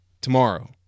tomorrow